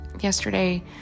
Yesterday